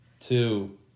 two